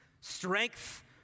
strength